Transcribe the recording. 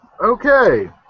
Okay